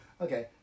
Okay